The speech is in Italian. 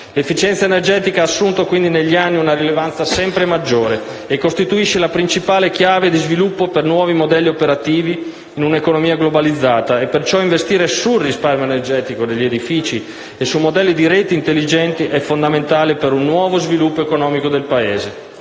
L'efficienza energetica ha quindi assunto negli anni una rilevanza sempre maggiore e costituisce la principale chiave di sviluppo per nuovi modelli operativi in un'economia globalizzata. Perciò, investire sul risparmio energetico negli edifici e su modelli di reti intelligenti è fondamentale per un nuovo sviluppo economico del Paese.